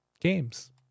games